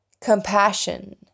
compassion